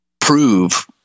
prove